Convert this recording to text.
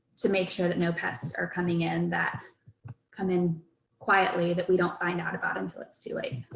to make sure that no pests are coming in that come in quietly that we don't find out about until it's too late.